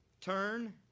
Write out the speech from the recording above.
Turn